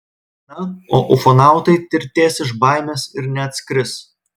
na o ufonautai tirtės iš baimės ir neatskris